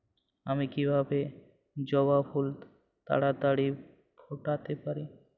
আমি কিভাবে জবা ফুল তাড়াতাড়ি ফোটাতে পারি?